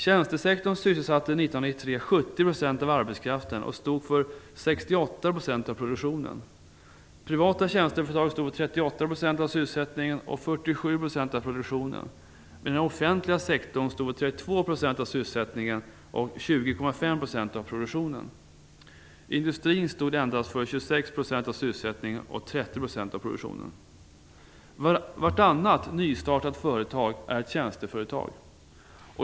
Tjänstesektorn sysselsatte 1993 70 % av arbetskraften och stod för 68 % av produktionen. Privata tjänsteföretag stod för 38 % av sysselsättningen och 47 % av produktionen. Den offentliga sektorn stod för 32 % av sysselsättningen och 20,5 % av produktionen. Industrin stod endast för 26 % av sysselsättningen och 30 % Vartannat nystartatat företag är ett tjänsteföretag.